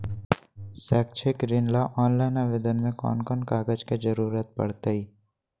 शैक्षिक ऋण ला ऑनलाइन आवेदन में कौन कौन कागज के ज़रूरत पड़तई?